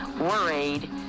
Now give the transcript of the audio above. worried